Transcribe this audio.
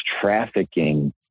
trafficking